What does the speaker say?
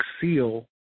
seal